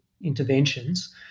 interventions